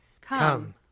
Come